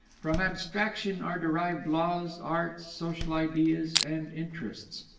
from abstraction are derived laws, arts, social ideas, and interests.